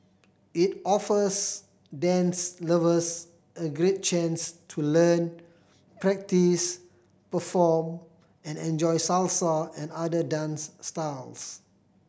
it offers dance lovers a great chance to learn practice perform and enjoy Salsa and other dance styles